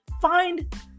find